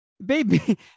Baby